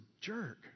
jerk